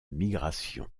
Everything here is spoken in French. migration